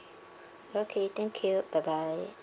okay thank you bye bye